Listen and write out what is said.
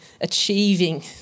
achieving